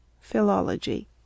Philology